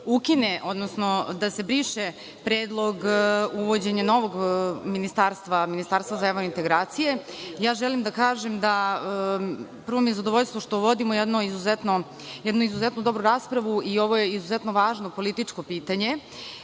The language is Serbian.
kolega da se briše predlog uvođenja novog ministarstva, ministarstva za evrointegracije, želim da kažem da mi je prvo zadovoljstvo što vodimo jednu izuzetno dobru raspravu i ovo je izuzetno važno političko pitanje.